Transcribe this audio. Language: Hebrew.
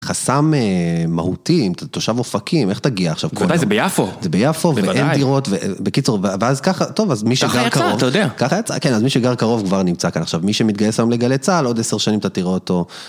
חסם מהותי, תושב אופקים, איך אתה תגיע עכשיו כל היום? - בוודאי, זה ביפו. - זה ביפו, ואין דירות, ובקיצור, ואז ככה, טוב, אז מי שגר קרוב. ככה יצא, אתה יודע. ככה יצא, כן, אז מי שגר קרוב כבר נמצא כאן עכשיו. מי שמתגייס היום לגלי צהל, עוד עשר שנים אתה תראו אותו.